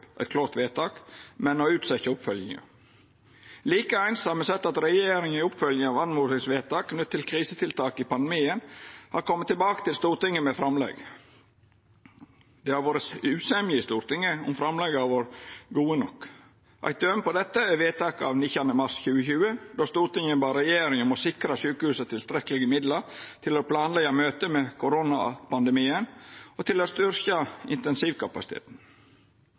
eit klårt vedtak, men å utsetja oppfylginga. Like eins har me sett at regjeringa i oppfylginga av oppmodingsvedtak knytte til krisetiltak i pandemien har kome tilbake til Stortinget med framlegg. Det har vore usemje i Stortinget om framlegga har vore gode nok. Eit døme på dette er eit vedtak av 19. mars 2020, då Stortinget bad regjeringa om å sikra sjukehusa tilstrekkelege midlar til å planleggja møtet med koronapandemien og til å styrkja intensivkapasiteten.